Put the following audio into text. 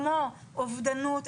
כמו אובדנות,